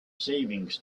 savings